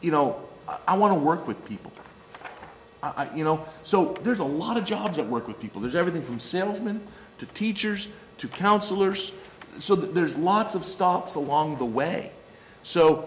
you know i want to work with people you know so there's a lot of jobs that work with people there's everything from sentiment to teachers to counselors so there's lots of stops along the way so